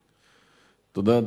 תודה.